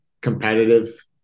competitive